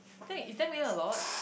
then is ten million a lot